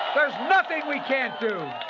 nothing we can't do.